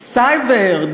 סייבר,